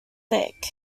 thick